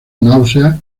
náuseas